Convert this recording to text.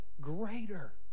greater